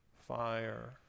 fire